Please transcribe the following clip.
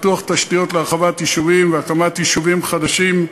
פיתוח תשתיות להרחבת יישובים והקמת יישובים חדשים,